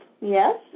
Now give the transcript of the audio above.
Yes